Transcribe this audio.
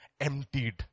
emptied